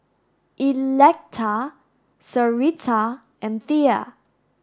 Electa Sarita and Thea